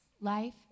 Life